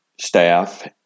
staff